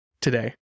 today